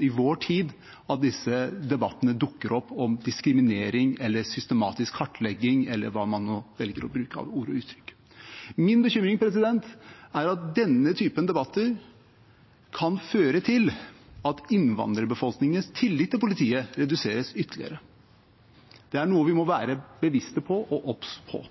i vår tid, at disse debattene dukker opp – om diskriminering, systematisk kartlegging eller hva man nå velger å bruke av ord og uttrykk. Min bekymring er at denne typen debatter kan føre til at innvandrerbefolkningens tillit til politiet reduseres ytterligere. Det er noe vi må være bevisst og obs på.